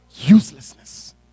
uselessness